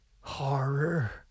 horror